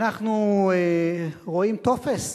אנחנו רואים טופס,